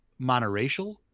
monoracial